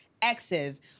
exes